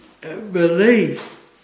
belief